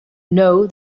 know